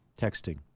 texting